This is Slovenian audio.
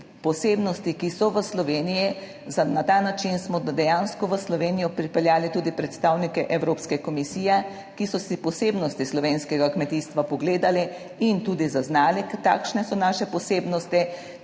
posebnosti, ki so v Sloveniji. Na ta način smo dejansko v Slovenijo pripeljali tudi predstavnike Evropske komisije, ki so si posebnosti slovenskega kmetijstva pogledali in tudi zaznali, kakšne so naše posebnosti